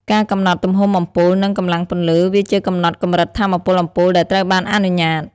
ការកំណត់ទំហំអំពូល និងកម្លាំងពន្លឺ វាជាកំណត់កម្រិតថាមពលអំពូលដែលត្រូវបានអនុញ្ញាត។